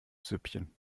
süppchen